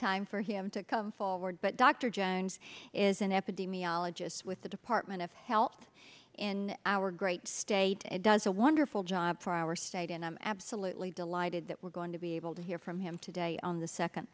time for him to come forward but dr jones is an epidemiologist with the department of health in our great state and does a wonderful job for our state and i'm absolutely delighted that we're going to be able to hear from him today on the second